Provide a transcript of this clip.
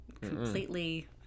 completely